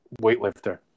weightlifter